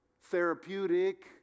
therapeutic